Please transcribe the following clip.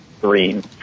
green